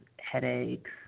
headaches